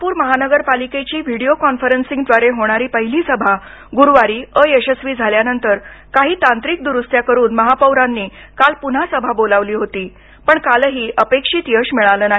नागपूर महानगर पालिकेची video conferencing द्वारे होणारी पहिली सभा गुरूवारी अयशस्वी झाल्यानंतर काही तांत्रिक दुरुस्त्या करून महापौरांनी काल पुन्हा सभा बोलाविली होती पण कालही अपेक्षित यश मिळालं नाही